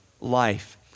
life